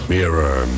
Mirror